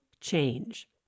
change